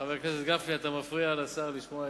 חבר הכנסת גפני, אתה מפריע לשר לשמוע.